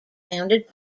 founded